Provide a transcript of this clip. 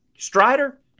Strider